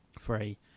free